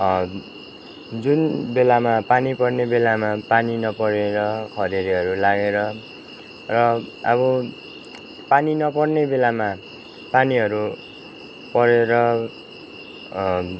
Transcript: जुन बेलामा पानी पर्ने बेलामा पानी नपरेर खडेरीहरू लागेर र अब पानी नपर्ने बेलामा पानीहरू परेर